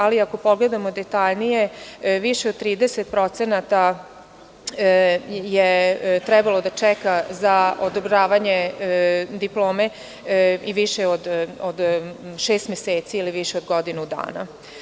Ali, ako pogledamo detaljnije, više od 30% je trebalo da čeka za odobravanje diplome više od šest meseci ili više od godinu dana.